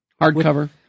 Hardcover